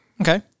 Okay